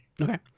Okay